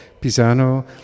Pisano